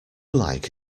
like